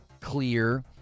clear